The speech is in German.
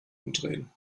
umdrehen